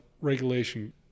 regulation